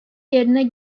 yerine